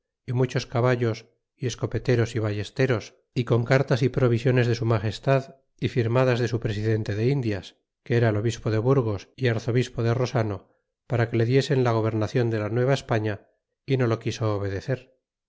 y muchos caballos y escopeteros y ballesteros y con car tas y provisiones de su magestad y firmadas de su presidente de indias que era el obispo de burgos arzobispo de rosano para que le diesen la gobernacion de la nueva españa y no lo quiso obedecer